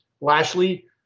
Lashley